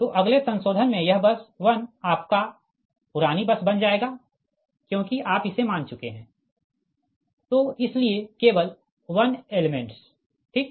तो अगले संशोधन में यह बस 1 आपका पुरानी बस बन जाएगा क्योंकि आप इसे मान चुके है तो इसलिए केवल 1 एलेमेंट्स ठीक